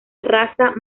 raza